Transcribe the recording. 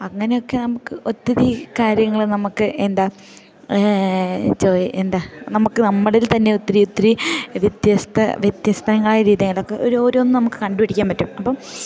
അങ്ങനെയൊക്കെ നമുക്ക് ഒത്തിരി കാര്യങ്ങൾ നമുക്ക് എന്താ ചോ എന്താ നമുക്ക് നമ്മളിൽ തന്നെ ഒത്തിരി ഒത്തിരി വ്യത്യസ്ത വ്യത്യസ്തങ്ങളായ രീതിങ്ങളൊക്കെ ഓരോന്നും നമുക്ക് കണ്ടു പിടിക്കാൻ പറ്റും അപ്പം